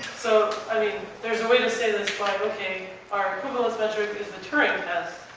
so, i mean, there's a way to say this by ok, our equivalence measure is a turing test,